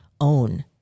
own